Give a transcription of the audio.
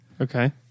Okay